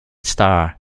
star